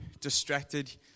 distracted